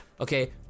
Okay